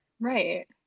Right